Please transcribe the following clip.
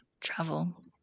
travel